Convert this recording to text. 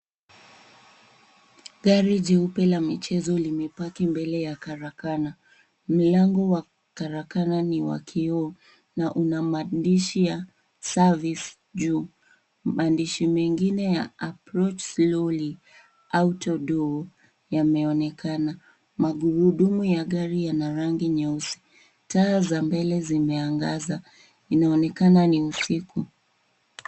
Gari jeupe la michezo limepaki mbele ya karakana. Mlango wa karakana ni wa kioo na una maandishi ya Service juu. Maandishi mengine ya Approach Slowly AutoDoe yameonekana. Magurudumu ya gari yana rangi nyeusi. Taa za mbele zimeangaza. Inaonekana ni usiku.